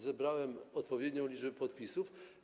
Zebrałem odpowiednią liczbę podpisów.